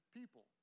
people